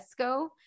Esco